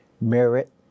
merit